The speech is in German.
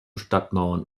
stadtmauern